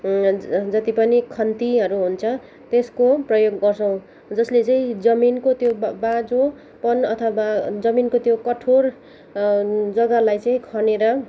जति पनि खन्तीहरू हुन्छ त्यसको प्रयोग गर्छौँ जसले चाहिँ जमिनको त्यो बाँ बाँझोपन अथवा बाँ जमिनको त्यो कठोर जग्गालाई चाहिँ खनेर